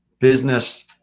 business